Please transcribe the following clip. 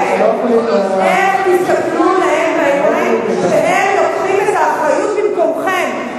איך תסתכלו להם בעיניים כשהם לוקחים את האחריות במקומכם.